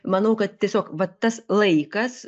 manau kad tiesiog va tas laikas